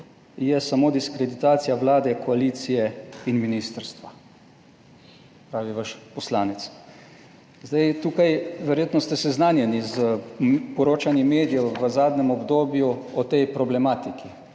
je samo diskreditacija Vlade, koalicije in ministrstva, pravi vaš poslanec. Zdaj, tukaj verjetno ste seznanjeni s poročanjem medijev v zadnjem obdobju o tej problematiki,